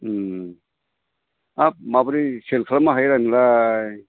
हाब माबोरै सेल खालामनो हायो रा नोंलाय